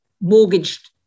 mortgaged